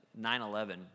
9-11